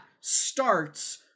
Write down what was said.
starts